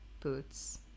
boots